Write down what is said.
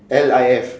L I F